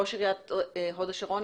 ראש עיריית הוד השרון?